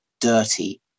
dirty